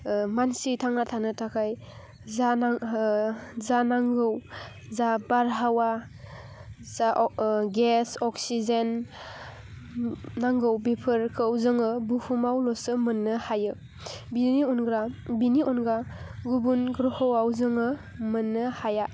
मानसि थांना थानो थाखाय जानां जानांगौ जा बारहावा जा गेस अक्सिजेन नांगौ बेफोरखौ जोङो बुहुमावल'सो मोननो हायो बेनि अनगा गुबुन ग्रह'आव जोङो मोननो हाया